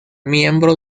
miembro